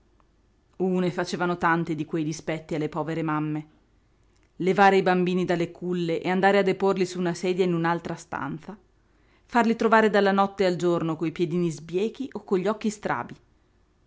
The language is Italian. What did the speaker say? uh ne facevano tanti di quei dispetti alle povere mamme levare i bambini dalle culle e andare a deporli su una sedia in un'altra stanza farli trovare dalla notte al giorno coi piedini sbiechi o con gli occhi strabi